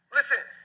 Listen